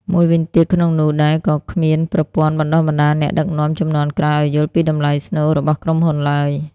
មួយវិញទៀត ក្នុងនោះដែរក៏គ្មានប្រព័ន្ធបណ្ដុះបណ្ដាលអ្នកដឹកនាំជំនាន់ក្រោយឱ្យយល់ពីតម្លៃស្នូល របស់ក្រុមហ៊ុនឡើយ។